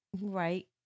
Right